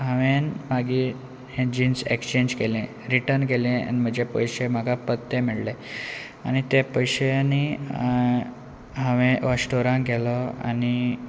हांवें मागीर हे जिन्स एक्चेंज केलें रिटन केले आनी म्हजे पयशे म्हाका परते मेळ्ळे आनी त्या पयशांनी हांवें स्टोरांत गेलो आनी